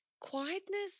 quietness